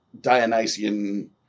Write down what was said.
Dionysian